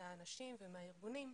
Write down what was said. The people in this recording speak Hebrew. מהאנשים ומהארגונים,